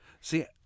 see